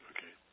Okay